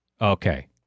Okay